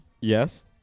Yes